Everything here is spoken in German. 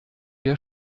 der